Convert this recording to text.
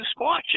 squatches